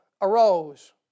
arose